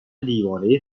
دیوانه